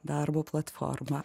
darbo platforma